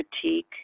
critique